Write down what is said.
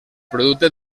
producte